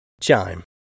Chime